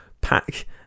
pack